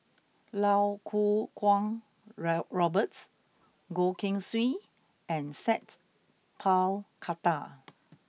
Lau Kuo Kwong raw Robert Goh Keng Swee and Sat Pal Khattar